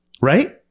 right